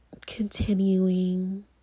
continuing